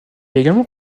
également